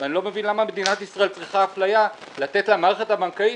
ואני לא מבין למה מדינת ישראל צריכה אפליה לתת למערכת הבנקאית,